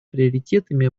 приоритетами